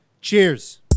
Cheers